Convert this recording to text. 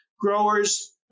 growers